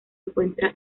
encuentra